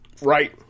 right